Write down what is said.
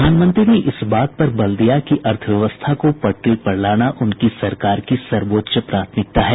प्रधानमंत्री ने इस बात पर बल दिया कि अर्थव्यवस्था को पटरी पर लाना उनकी सरकार की सर्वोच्च प्राथमिकता है